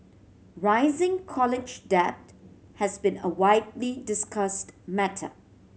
rising college debt has been a widely discussed matter